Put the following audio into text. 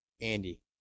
Andy